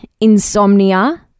insomnia